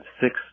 six